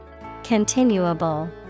Continuable